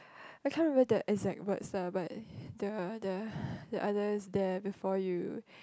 I can't remember that exact words ah but the the the others there before you